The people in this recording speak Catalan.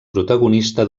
protagonista